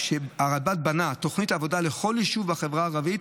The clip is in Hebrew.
הרלב"ד בנתה תוכנית עבודה לכל יישוב בחברה הערבית,